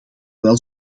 wel